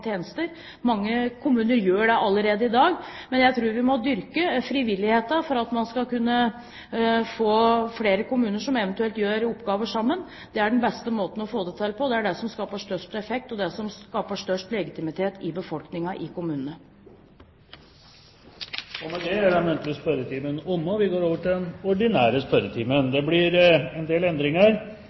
tjenester, og mange kommuner gjør det allerede i dag. Men jeg tror vi må dyrke frivilligheten for å få flere kommuner til å gjøre oppgaver sammen. Det er den beste måten å få det til på. Det er det som skaper størst effekt, og det er det som skaper størst legitimitet i befolkningen i kommunene. Med det er den muntlige spørretimen omme, og vi går over til den ordinære spørretimen. Det blir en del endringer